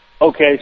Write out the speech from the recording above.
okay